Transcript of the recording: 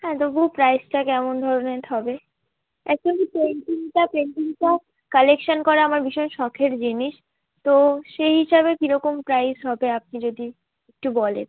হ্যাঁ তবুও প্রাইসটা কেমন ধরণের হবে অ্যাকচুয়ালি পেন্টিংটা পেন্টিংটা কালেকশান করা আমার ভীষণ শখের জিনিস তো সেই হিসাবে কীরকম প্রাইস হবে আপনি যদি একটু বলেন